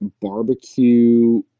barbecue